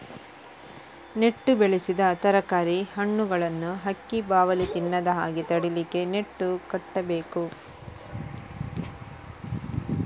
ನೆಟ್ಟು ಬೆಳೆಸಿದ ತರಕಾರಿ, ಹಣ್ಣುಗಳನ್ನ ಹಕ್ಕಿ, ಬಾವಲಿ ತಿನ್ನದ ಹಾಗೆ ತಡೀಲಿಕ್ಕೆ ನೆಟ್ಟು ಕಟ್ಬೇಕು